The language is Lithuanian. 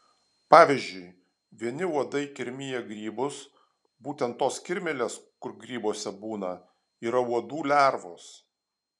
pavyzdžiui vieni uodai kirmija grybus būtent tos kirmėlės kur grybuose būna yra uodų lervos